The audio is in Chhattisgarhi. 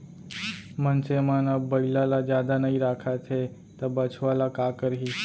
मनसे मन अब बइला ल जादा नइ राखत हें त बछवा ल का करहीं